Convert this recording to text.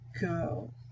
go